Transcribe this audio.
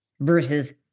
versus